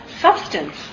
substance